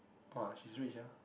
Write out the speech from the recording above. !wow! she's rich ah